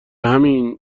همین